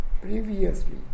previously